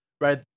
right